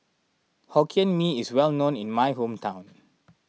Hokkien Mee is well known in my hometown